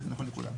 זה נכון לכולם.